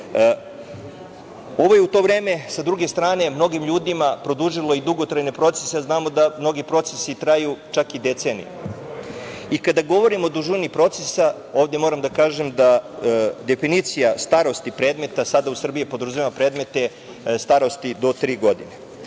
Ovo je u to vreme, sa druge strane, mnogim ljudima produžilo i dugotrajne procese jer znamo da mnogi procesi traju čak i decenijama. Kada govorimo o dužini procesa moram da kažem da definicija starosti predmeta sada u Srbiji podrazumeva predmete starosti do tri godine. Stvarno